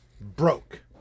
broke